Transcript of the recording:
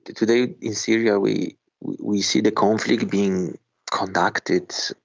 today in syria we we see the conflict being conducted,